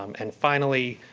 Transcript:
um and finally,